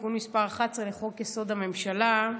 תיקון מס' 11 לחוק-יסוד: הממשלה,